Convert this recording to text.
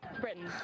Britain